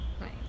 Right